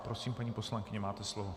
Prosím, paní poslankyně, máte slovo.